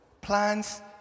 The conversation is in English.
Plans